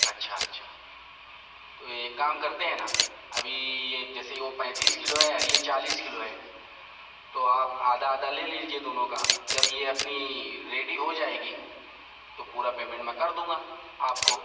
اچھا اچھا تو ایک کام کرتے ہیں نا ابھی جیسے وہ پینتیس کلو ہے اور یہ چالیس کلو ہے تو آپ آدھا آدھا لے لیجیے دونوں کا جب یہ اپنی ریڈی ہو جائے گی تو پورا پیمنٹ میں کر دوں گا آپ کو